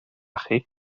chi